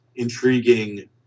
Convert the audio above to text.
intriguing